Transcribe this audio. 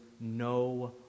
no